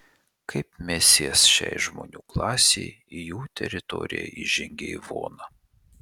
kaip mesijas šiai žmonių klasei į jų teritoriją įžengia ivona